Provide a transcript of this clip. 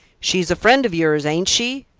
she's a friend of yours, ain't she?